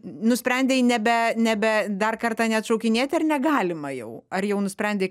nusprendei nebe nebe dar kartą ne atšaukinėti ar negalima jau ar jau nusprendei